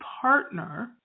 partner